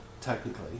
Technically